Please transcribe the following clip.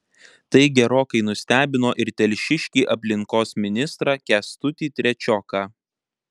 tai gerokai nustebino ir telšiškį aplinkos ministrą kęstutį trečioką